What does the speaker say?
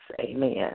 Amen